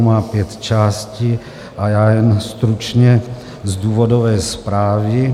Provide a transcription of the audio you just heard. Má pět částí a já jen stručně z důvodové zprávy.